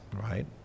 right